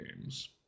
games